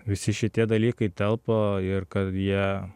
visi šitie dalykai telpa ir kad jie